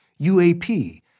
UAP